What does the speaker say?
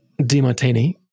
DiMartini